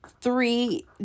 three